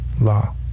law